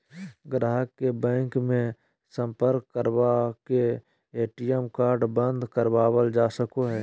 गाहक के बैंक मे सम्पर्क करवा के ए.टी.एम कार्ड बंद करावल जा सको हय